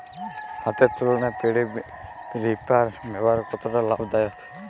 হাতের তুলনায় paddy reaper ব্যবহার কতটা লাভদায়ক?